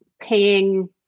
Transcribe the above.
paying